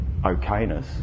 okayness